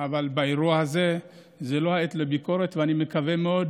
אבל באירוע הזה זו לא עת לביקורת, ואני מקווה מאוד